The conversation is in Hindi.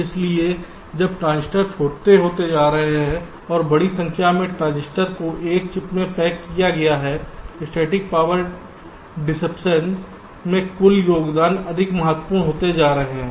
इसलिए जब ट्रांजिस्टर छोटे होते जा रहे हैं और बड़ी संख्या में ट्रांजिस्टर को एक चिप में पैक किया गया है स्थैतिक पावर डिसेप्शन के कुल योगदान अधिक महत्वपूर्ण होते जा रहे हैं